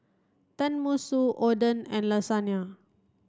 Tenmusu Oden and Lasagna